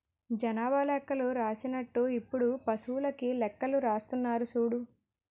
జనాభా లెక్కలు రాసినట్టు ఇప్పుడు పశువులకీ లెక్కలు రాస్తున్నారు సూడు